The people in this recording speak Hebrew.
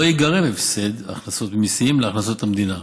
ייגרם הפסד מהכנסות ממיסים להכנסות המדינה.